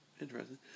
interesting